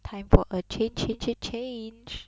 time for a change change change change